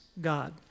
God